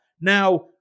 Now